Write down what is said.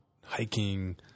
hiking